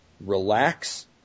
relax